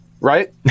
Right